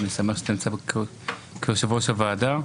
ואני שמח שאתה יושב-ראש הוועדה.